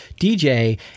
dj